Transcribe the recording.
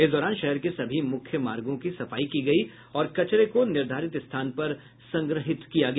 इस दौरान शहर के सभी मुख्य मार्गों की सफाई की गयी और कचरे को निर्धारित स्थान पर संग्रहित किया गया